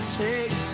take